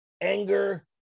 anger